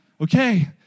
okay